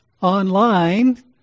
online